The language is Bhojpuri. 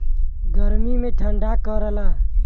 गर्मी मे ठंडा करला